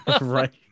right